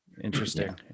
Interesting